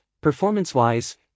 performance-wise